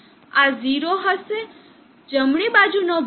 આ ઝીરો રહેશે જમણી બાજુનો ભાગ